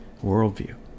worldview